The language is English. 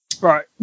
Right